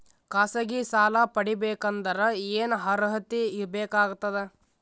ಖಾಸಗಿ ಸಾಲ ಪಡಿಬೇಕಂದರ ಏನ್ ಅರ್ಹತಿ ಬೇಕಾಗತದ?